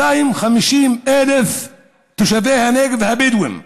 אחת ל-250,000 תושבי הנגב הבדואים.